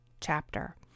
chapter